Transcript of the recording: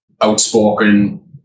outspoken